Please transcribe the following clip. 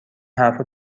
حرفها